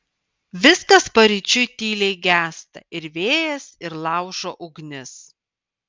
viskas paryčiui tyliai gęsta ir vėjas ir laužo ugnis